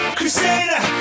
crusader